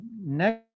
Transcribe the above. next